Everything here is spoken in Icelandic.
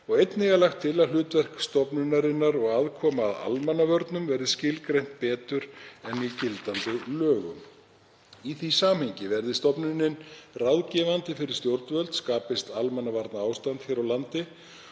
og einnig er lagt til að hlutverk stofnunarinnar og aðkoma að almannavörnum verði skilgreind betur en í gildandi lögum. Í því samhengi verði stofnunin ráðgefandi fyrir stjórnvöld, skapist almannavarnaástand hér á landi,